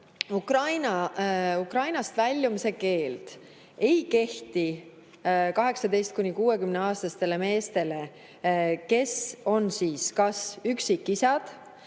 kokku. Ukrainast väljumise keeld ei kehti 18–60‑aastastele meestele, kes on üksikisad,